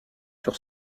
sur